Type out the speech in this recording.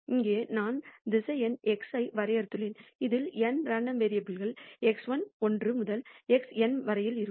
இங்கே நான் திசையன் x ஐ வரையறுத்துள்ளேன் இதில் n ரேண்டம் வேரியபுல்கள் x1 ஒன்று முதல் xn வரை இருக்கும்